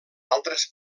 altres